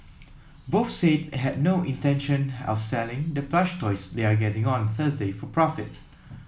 both said had no intention of selling the plush toys they are getting on Thursday for profit